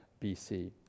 BC